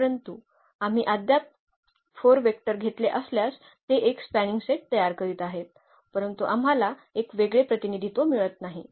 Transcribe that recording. परंतु आम्ही अद्याप 4 वेक्टर घेतले असल्यास ते एक स्पॅनिंग सेट तयार करीत आहे परंतु आम्हाला एक वेगळे प्रतिनिधित्व मिळत नाही